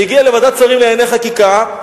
הגיע לוועדת שרים לענייני חקיקה,